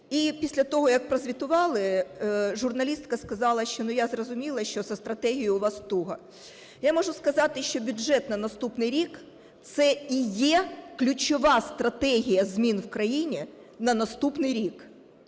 після того, як прозвітували, журналістка сказала, що я зрозуміла, що зі стратегією у вас туго. Я можу сказати, що бюджет на наступний рік це і є ключова стратегія змін в країні на наступний рік.